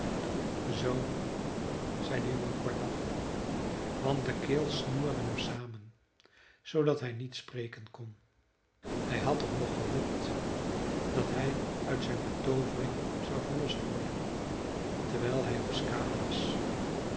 zoo zei de jongen kortaf want de keel snoerde hem samen zoodat hij niet spreken kon hij had toch nog gehoopt dat hij uit zijn betoovering zou verlost worden terwijl hij op skaane was